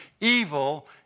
evil